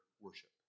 worship